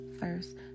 first